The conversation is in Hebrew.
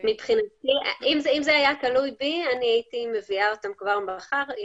אם זה היה תלוי בי, אני הייתי מביאה אותן כבר מחר.